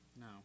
no